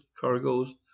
cargoes